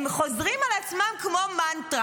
הם חוזרים על עצמם כמו מנטרה.